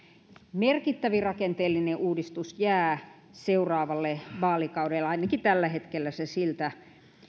merkittävin rakenteellinen uudistus jää seuraavalle vaalikaudelle ainakin tällä hetkellä se siltä